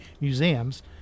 museums